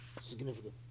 significant